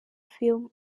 film